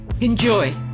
Enjoy